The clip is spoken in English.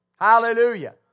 Hallelujah